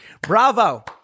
bravo